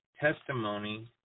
testimony